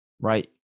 Right